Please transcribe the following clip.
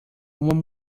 uma